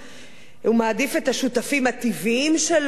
הוא מעדיף את השותפים הטבעיים שלו, החרדים.